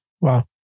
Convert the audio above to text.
Wow